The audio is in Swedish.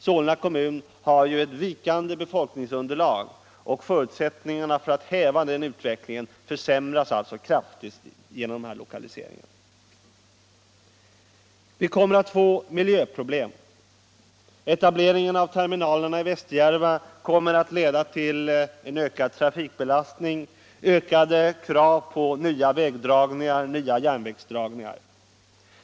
Solna kommun har ju ett vikande befolkningsunderlag. Förutsättningarna för att häva den utvecklingen försämras alltså kraftigt genom de här lokaliseringarna. Vi kommer att få miljöproblem. Etableringen av terminalerna i Västerjärva kommer att leda till ökad trafikbelastning, ökande krav på nya vägdragningar och nya järnvägsdragningar.